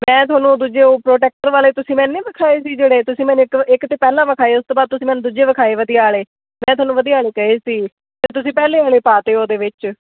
ਮੈਂ ਤੁਹਾਨੂੰ ਦੂਜੇ ਉਹ ਪ੍ਰੋਟੈਕਟਰ ਵਾਲੇ ਤੁਸੀਂ ਮੈਨੂੰ ਨਹੀਂ ਵਿਖਾਏ ਸੀ ਜਿਹੜੇ ਤੁਸੀਂ ਮੈਨੂੰ ਇੱਕ ਵਿ ਇੱਕ ਤਾਂ ਪਹਿਲਾਂ ਵਿਖਾਏ ਉਸ ਤੋਂ ਬਾਅਦ ਤੁਸੀਂ ਮੈਨੂੰ ਦੂਜੇ ਵਿਖਾਏ ਵਧੀਆ ਵਾਲੇ ਮੈਂ ਤੁਹਾਨੂੰ ਵਧੀਆ ਵਾਲੇ ਕਹੇ ਸੀ ਅਤੇ ਤੁਸੀਂ ਪਹਿਲੇ ਵਾਲੇ ਪਾ ਤੇ ਉਹਦੇ ਵਿੱਚ